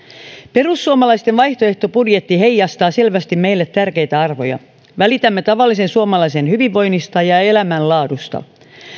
perussuomalaisten vaihtoehtobudjetti heijastaa selvästi meille tärkeitä arvoja välitämme tavallisen suomalaisen hyvinvoinnista ja elämänlaadusta